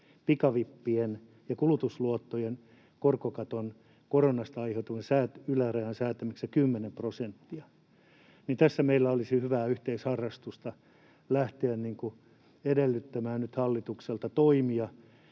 pikavippien ja kulutusluottojen korkokaton ylärajaksi 10 prosenttia, niin tässä meillä olisi hyvää yhteisharrastusta lähteä edellyttämään nyt hallitukselta toimia,